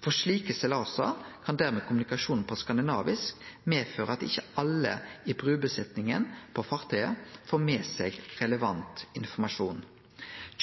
For slike seglingar kan dermed kommunikasjon på skandinavisk medføre at ikkje alle i brubesetninga på fartøyet får med seg relevant informasjon.